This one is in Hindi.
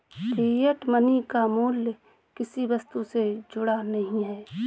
फिएट मनी का मूल्य किसी वस्तु से जुड़ा नहीं है